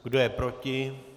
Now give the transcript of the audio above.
Kdo je proti?